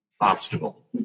obstacle